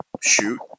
shoot